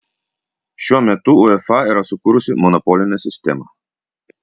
šiuo metu uefa yra sukūrusi monopolinę sistemą